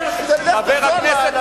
אתה?